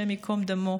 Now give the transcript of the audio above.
השם ייקום דמו,